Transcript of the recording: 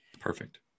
Perfect